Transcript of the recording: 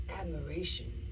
admiration